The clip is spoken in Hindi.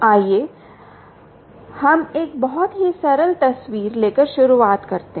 आइए हम एक बहुत ही सरल तस्वीर लेकर शुरुआत करते हैं